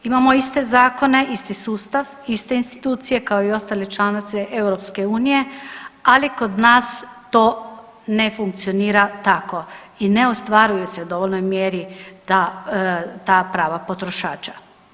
Imamo iste zakone, isti sustav, iste institucije kao i ostale članice EU, ali kod nas to ne funkcionira tako i ne ostvaruje se u dovoljnoj mjeri da ta prava potrošača.